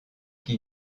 qui